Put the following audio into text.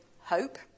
hope